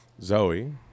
Zoe